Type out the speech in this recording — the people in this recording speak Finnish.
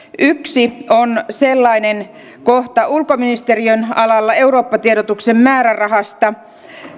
yksi sellainen on ulkoministeriön alalla kohta eurooppatiedotuksen määrärahasta